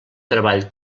treball